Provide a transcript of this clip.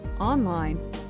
online